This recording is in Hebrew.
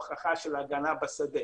הוכחה של הגנה בשדה.